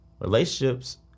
relationships